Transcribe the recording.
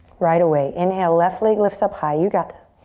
right away, inhale, left leg lifts up high. you got this.